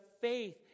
faith